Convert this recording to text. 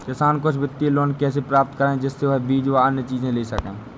किसान कुछ वित्तीय लोन कैसे प्राप्त करें जिससे वह बीज व अन्य चीज ले सके?